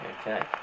okay